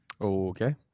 Okay